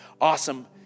Awesome